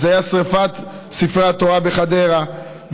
זה היה שרפת ספרי התורה בחדרה,